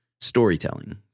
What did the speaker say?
storytelling